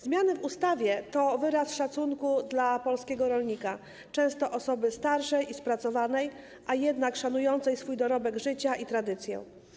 Zmiany w ustawie to wyraz szacunku dla polskiego rolnika, często osoby starszej i spracowanej, a jednak szanującej swój dorobek życia i tradycję.